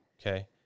Okay